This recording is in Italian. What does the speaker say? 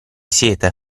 siete